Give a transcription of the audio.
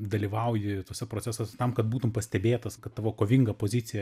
dalyvauji tuose procesuose tam kad būtum pastebėtas kad tavo kovingą poziciją